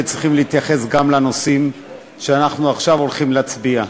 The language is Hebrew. וצריכים להתייחס גם לנושאים שאנחנו עכשיו הולכים להצביע עליהם.